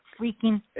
freaking